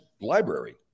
library